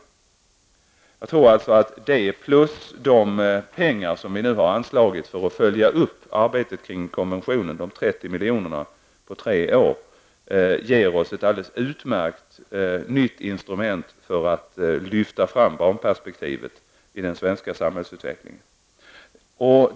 Detta tillsammans med de 30 miljoner på tre år vi nu anslagit för att följa upp arbetet kring barnkonventionen tror jag ger ett alldeles utmärkt nytt instrument för att lyfta fram barnperspektivet i den svenska samhällsutvecklingen.